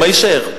מה יישאר?